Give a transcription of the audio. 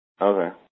Okay